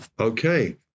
Okay